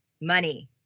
money